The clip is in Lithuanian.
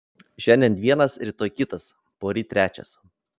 šiandien vienas rytoj kitas poryt trečias